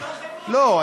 לא,